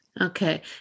Okay